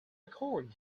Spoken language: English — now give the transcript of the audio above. record